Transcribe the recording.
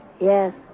Yes